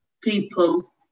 people